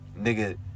Nigga